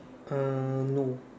uh no